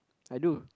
I do